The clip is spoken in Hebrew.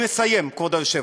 אני מסיים, כבוד היושב-ראש.